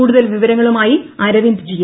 കൂടുതൽ വിവരങ്ങളുമായി അരവിന്ദ് ജി